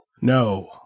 No